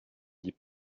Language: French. dis